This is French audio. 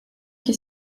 qui